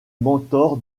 mentor